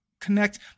connect